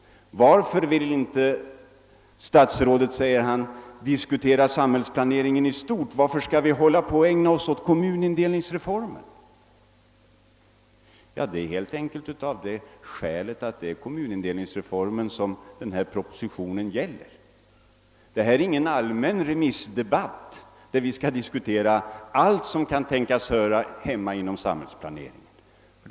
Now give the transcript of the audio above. Varför vill inte statsrådet, frågar han, diskutera samhällsplaneringen i stort och varför skall vi enbart ägna oss åt kommunreformen? Jo, helt enkelt av det skälet att det just är kommunindelningsreformen som den aktuella propositionen avser. Det här är ingen allmän remissdebatt där vi skall diskutera allt som kan tänkas höra hemma inom samhällsplaneringen.